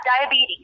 diabetes